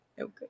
okay